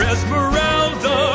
Esmeralda